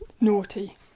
Naughty